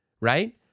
right